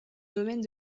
domaine